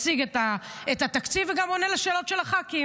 מציג את התקציב וגם עונה על שאלות של הח"כים.